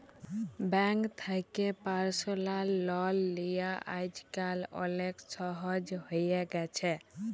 bank থ্যাকে পার্সলাল লল লিয়া আইজকাল অলেক সহজ হ্যঁয়ে গেছে